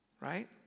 right